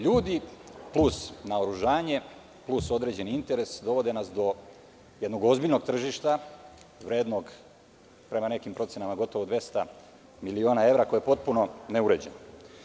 Ljudi plus naoružanje plus određeni interes nas dovodi do jednog ozbiljnog tržišta vrednog prema nekim procenama gotovo 200 miliona evra, koje je potpuno neuređeno.